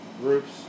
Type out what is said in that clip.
groups